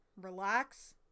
relax